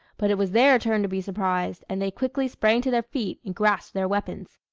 but it was their turn to be surprised, and they quickly sprang to their feet and grasped their weapons.